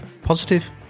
Positive